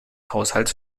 haushalts